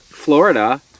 florida